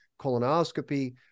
colonoscopy